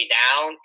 down